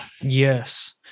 Yes